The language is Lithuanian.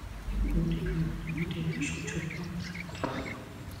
ji kūdikiui į burnytę įkišo čiulpiamą daiktą